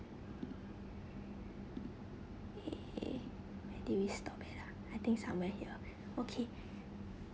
okay I think we stop here lah I think somewhere here okay